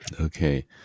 Okay